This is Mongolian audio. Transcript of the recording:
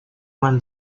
маань